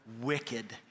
wicked